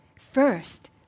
First